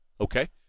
Okay